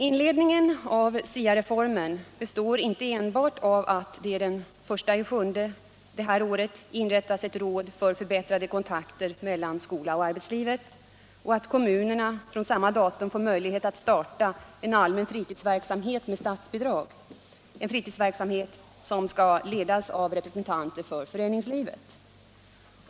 Inledningen av SIA-reformen består inte enbart av att det den 1 juli detta år inrättas ett råd för förbättrade kontakter mellan skola och arbetsliv och att kommunerna från samma datum får möjlighet att starta en allmän fritidsverksamhet med statsbidrag, en fritidsverksamhet som skall ledas av representanter för föreningslivet.